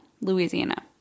Louisiana